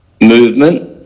movement